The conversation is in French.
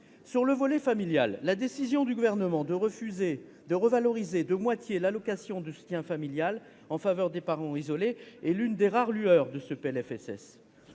au volet familial. Le refus par le Gouvernement de revaloriser de moitié l'allocation de soutien familial en faveur des parents isolés est l'une des rares lueurs de ce PLFSS